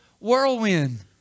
whirlwind